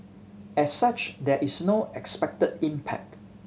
as such there is no expected impact